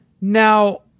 Now